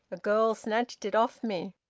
a girl snatched it off me.